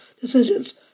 decisions